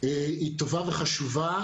היא טובה וחשובה,